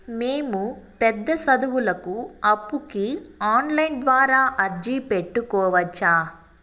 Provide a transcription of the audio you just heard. మేము పెద్ద సదువులకు అప్పుకి ఆన్లైన్ ద్వారా అర్జీ పెట్టుకోవచ్చా?